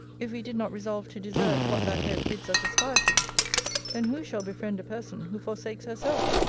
if we did not resolve to deserve what that hope bids us aspire to then who shall befriend a person who forsakes herself?